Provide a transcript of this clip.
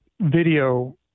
video